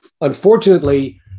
Unfortunately